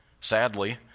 Sadly